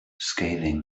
scathing